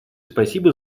спасибо